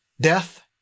death